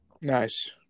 Nice